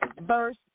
verse